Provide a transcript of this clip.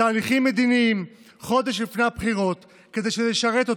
תהליכים מדיניים חודש לפני הבחירות כדי שזה ישרת אותו.